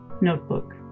notebook